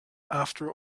after